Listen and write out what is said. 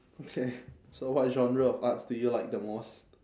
okay so what genre of arts do you like the most